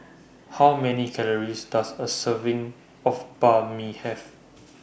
How Many Calories Does A Serving of Banh MI Have